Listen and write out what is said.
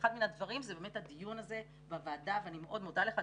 אחד מן הדברים זה באמת הדיון הזה בוועדה ואני מאוד מודה לך,